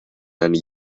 and